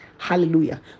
Hallelujah